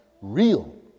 real